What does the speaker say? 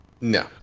No